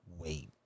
wait